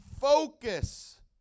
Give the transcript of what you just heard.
focus